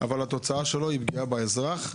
אבל התוצאה שלו היא פגיעה באזרח,